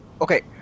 Okay